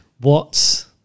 Watts